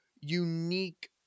unique